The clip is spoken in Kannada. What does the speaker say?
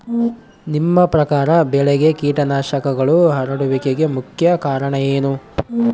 ನಿಮ್ಮ ಪ್ರಕಾರ ಬೆಳೆಗೆ ಕೇಟನಾಶಕಗಳು ಹರಡುವಿಕೆಗೆ ಮುಖ್ಯ ಕಾರಣ ಏನು?